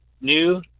new